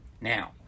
Now